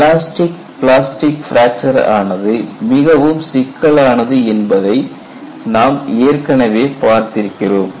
elastic plastic fracture ஆனது மிகவும் சிக்கலானது என்பதை நாம் ஏற்கனவே பார்த்திருக்கிறோம்